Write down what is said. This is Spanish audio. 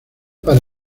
para